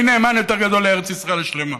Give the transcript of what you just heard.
מי נאמן יותר גדול לארץ ישראל השלמה.